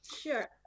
Sure